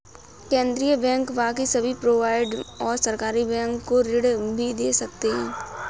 केन्द्रीय बैंक बाकी सभी प्राइवेट और सरकारी बैंक को ऋण भी दे सकते हैं